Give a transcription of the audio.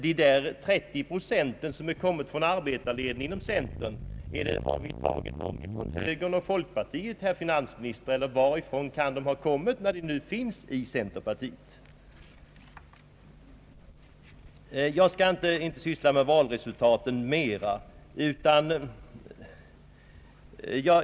De där 30 procenten som har kommit från arbetarleden till centerpartiet, har vi tagit dem från högerpartiet eller folkpartiet herr finansminister? Eller varifrån har de kommit? Jag skall inte syssla med valresulta ten ytterligare.